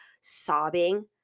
sobbing